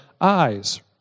eyes